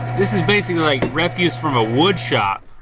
this is basically like refuse from a wood shop.